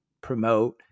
promote